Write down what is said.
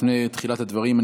לפני תחילת הדברים,